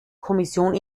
kommission